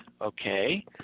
Okay